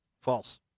False